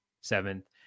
seventh